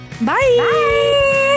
Bye